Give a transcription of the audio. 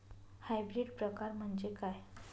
Hybrid प्रकार म्हणजे काय?